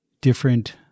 different